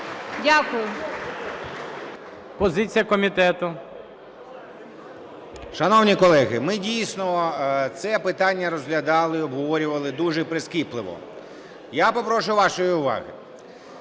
ПОТУРАЄВ М.Р. Шановні колеги, ми, дійсно, це питання розглядали, обговорювали дуже прискіпливо. Я попрошу вашої уваги!